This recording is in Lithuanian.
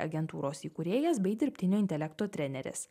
agentūros įkūrėjas bei dirbtinio intelekto treneris